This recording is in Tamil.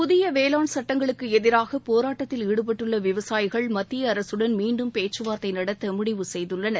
புதிய வேளாண் சுட்டங்களுக்கு எதிராக போராட்டத்தில் ஈடுபட்டுள்ள விவசாயிகள் மத்திய அரசுடன் மீண்டும் பேச்சுவார்தை நடத்த முடிவு செய்துள்ளனர்